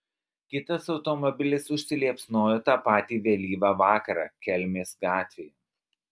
kitas automobilis užsiliepsnojo tą patį vėlyvą vakarą kelmės gatvėje